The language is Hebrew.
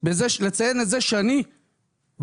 לציין את זה שאני בקרב